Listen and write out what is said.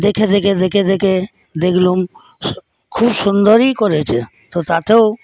দেখে দেখে দেখে দেখে দেখলাম খুব সুন্দরই করেছে তো তাতেও